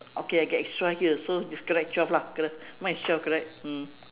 okay I get extra here so it's correct twelve lah correct mine is twelve correct mm